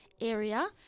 area